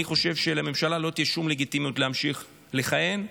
אני חושב שלממשלה לא תהיה שום לגיטימיות להמשיך לכהן,